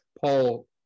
Paul